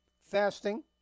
fasting